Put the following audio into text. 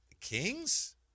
Kings